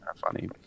funny